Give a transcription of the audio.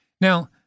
Now